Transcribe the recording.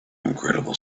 incredible